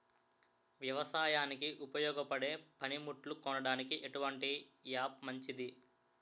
వ్యవసాయానికి ఉపయోగపడే పనిముట్లు కొనడానికి ఎటువంటి యాప్ మంచిది?